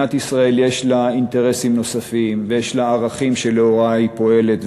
מדינת ישראל יש לה אינטרסים נוספים ויש לה ערכים שלאורם היא פועלת.